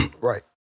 Right